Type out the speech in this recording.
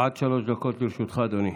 עד שלוש דקות לרשותך, אדוני.